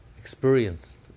experienced